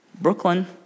Brooklyn